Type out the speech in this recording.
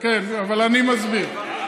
אבל אני מסביר.